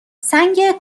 سنگ